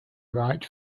right